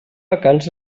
vacants